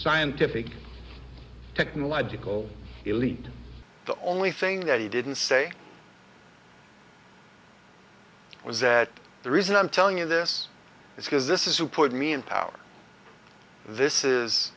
scientific technological elite the only thing that he didn't say was that the reason i'm telling you this is because this is who put me in power this is